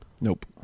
Nope